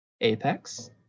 Apex